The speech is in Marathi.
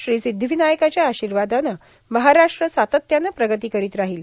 श्री सिद्धिविनायकाच्या आशीर्वादानं महाराष्ट्र सातत्यानं प्रगती करीत राहील